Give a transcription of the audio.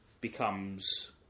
becomes